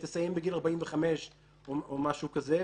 תסיים בגיל 45 או משהו כזה,